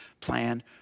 plan